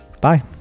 Bye